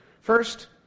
First